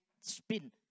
spin